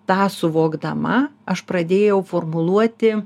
tą suvokdama aš pradėjau formuluoti